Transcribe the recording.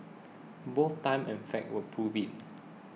both time and facts will prove it